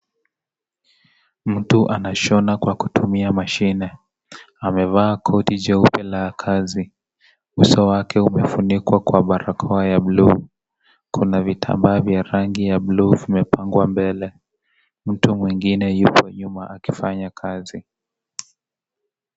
Mtu anashona kwa kutumia mashine, amevaa koti cheupe la kazi. Uso wake umefunikwa kwa barakoa ya buluu. Kuna vitambaa vya buluu vimepangwa mbele. Mtu mwingine yuko nyuma akifanya kazi.